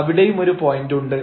അവിടെയുമൊരു പോയന്റുണ്ട്